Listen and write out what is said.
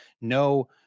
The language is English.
no